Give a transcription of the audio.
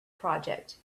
project